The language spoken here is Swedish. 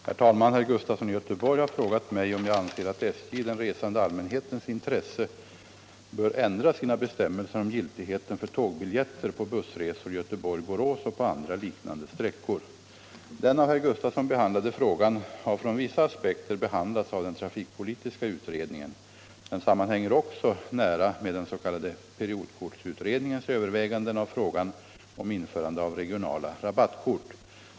Herr talman! Herr Sven Gustafson i Göteborg har frågat mig om jag anser att SJ, i den resande allmänhetens intresse, bör ändra sina bestämmelser om giltigheten för tågbiljetter på bussresor Göteborg-Borås och på andra liknande sträckor. Den av herr Gustafson behandlade frågan har från vissa aspekter behandlats av den trafikpolitiska utredningen. Den sammanhänger också nära med den s.k. periodkortsutredningens överväganden av frågan om införande av regionala rabattkort.